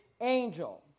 angel